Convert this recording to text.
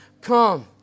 come